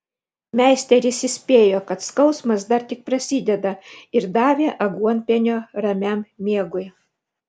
meisteris įspėjo kad skausmas dar tik prasideda ir davė aguonpienio ramiam miegui